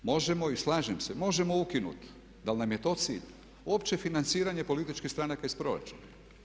Možemo i slažem se, možemo ukinuti, dal nam je to cilj opće financiranje političkih stranaka iz proračuna?